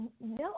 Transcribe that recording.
no